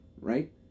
right